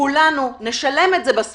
כולנו נשלם את זה.